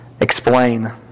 explain